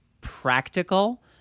practical